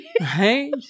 Right